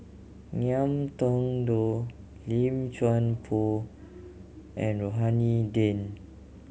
Ngiam Tong Dow Lim Chuan Poh and Rohani Din